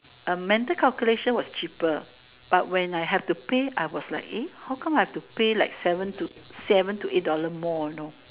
mental calculation was cheaper but when I have to pay I was like how come have to pay like seven to eight seven to eight dollar more you know